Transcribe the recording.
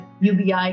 UBI